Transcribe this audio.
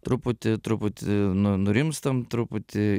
truputį truputį nu nurimstam truputį